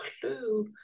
clue